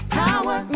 power